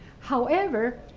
however,